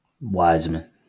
Wiseman